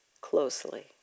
closely